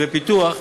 תקציבי פיתוח,